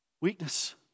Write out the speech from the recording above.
Weakness